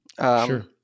Sure